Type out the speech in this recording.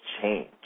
change